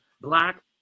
black